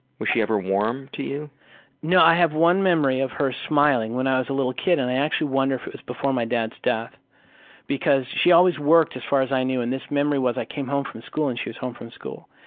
was she ever warm to you? you know, i have one memory of her smiling when i was a little kid and i actually wonder if it was before my dad's death because she always worked as far as i knew, and this memory was i came home from the school and she was home from school,